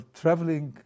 traveling